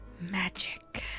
magic